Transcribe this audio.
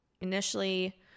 Initially